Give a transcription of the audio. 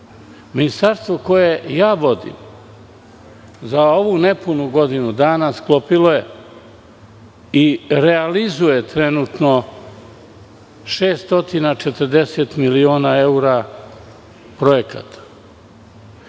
Ministarstvo koje ja vodim, za ovih nepunih godinu dana sklopilo je i realizuje trenutno 640.000.000 evra projekata.